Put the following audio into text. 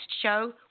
show